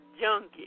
junkie